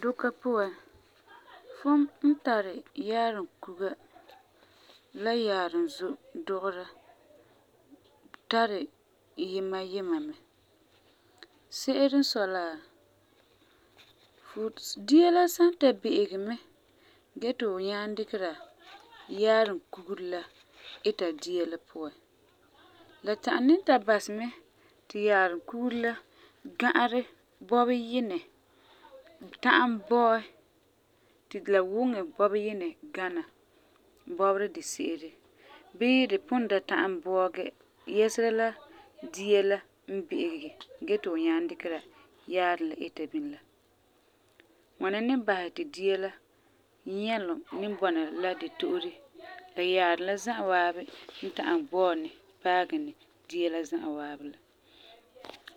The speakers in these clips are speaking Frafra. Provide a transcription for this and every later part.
Duka puan fum n tari yaarum kuga la yaarum zom dugera tari yima yima mɛ. Se'ere n sɔi la fu dia la san ta bi'igɛ mɛ gee ti fu nyaam dikera yaarum kugere la ita dia la puan, la ta'am ni ta basɛ mɛ ti yaarum kugere la ga'arɛ bɔbeyinɛ ta'am bɔɛ ti la wuŋɛ bɔbeyinɛ gana bɔberɛ dise'ere bii di pugum da ta'am bɔɔgɛ yɛsera la dia la n bi'igɛ gee ti fu nyaam dikera yaarum la ita bini la. Ŋwana ni basɛ ti dia la nyɛlum ni bɔna la di to'ore la yaarum la za'a waabi n ta'am bɔɔgɛ ni paagɛ ni dia la za'a waabi la.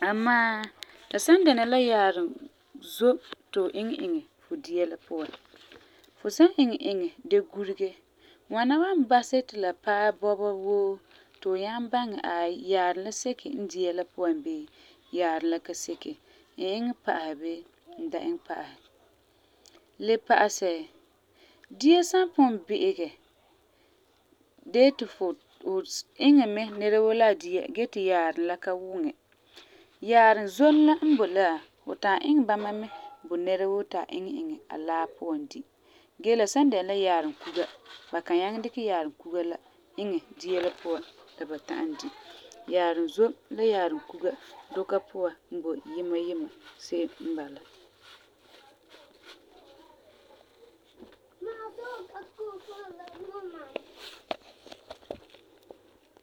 Amaa, la san dɛna la yaarum zom ti fu iŋɛ iŋɛ fu dia la puan, fu san iŋɛ iŋɛ dee gurege ŋwana wan basɛ ti la paɛ bɔba woo ti fu nyaŋɛ baŋɛ aai yaarum la seke n dia la puan bii yaarum la ka seke, n iŋɛ pa'asɛ bii n da iŋɛ pa'asɛ. Le pa'asɛ, dia san pugum bi'ɛ gee ti fu iŋɛ mɛ nɛra woo la a dia gee ti yaarum la ka wuŋɛ, yaarum zom la n boi la fu ta'am iŋɛ bama mɛ bo nɛra woo ti a iŋɛ iŋɛ a laa puan di. Gee, la san dɛna la yaarum kuga, fu kan nyaŋɛ dikɛ yaarum kuga la iŋɛ dia la puan la ba ta'am di. Yaarum zom la yaarum kuga duka puan n boi yima yima se'em n bala.